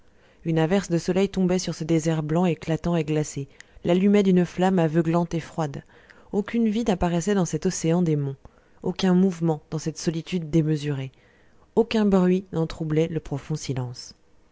une averse de soleil tombait sur ce désert blanc éclatant et glacé l'allumait d'une flamme aveuglante et froide aucune vie n'apparaissait dans cet océan des monts aucun mouvement dans cette solitude démesurée aucun bruit n'en troublait le profond silence